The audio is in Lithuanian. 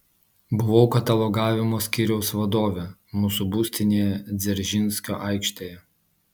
buvau katalogavimo skyriaus vadovė mūsų būstinėje dzeržinskio aikštėje